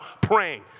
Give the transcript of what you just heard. praying